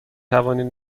توانید